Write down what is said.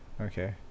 okay